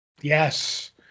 Yes